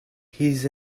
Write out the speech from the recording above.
he’s